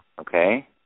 okay